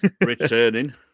Returning